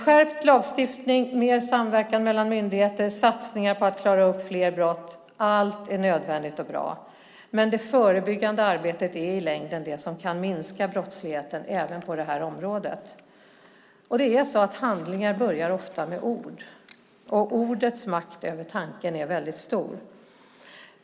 Skärpt lagstiftning. Mer samverkan mellan myndigheter. Satsningar på att klara upp fler brott. Allt är nödvändigt och bra. Men det förebyggande arbetet är i längden det som kan minska brottsligheten även på det här området. Handlingar börjar ofta med ord. Ordets makt över tanken är stor.